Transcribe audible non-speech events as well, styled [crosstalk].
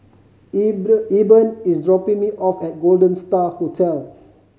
[unintelligible] Eben is dropping me off at Golden Star Hotel